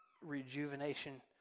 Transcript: rejuvenation